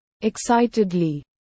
Excitedly